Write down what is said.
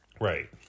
Right